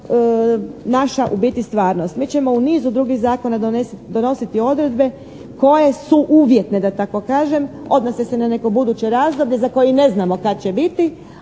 naša u biti stvarnost. Mi ćemo u nizu drugih zakona donositi odredbe koje su uvjetne da tako kažem, odnose se na neko buduće razdoblje za koje i ne znamo kad će biti,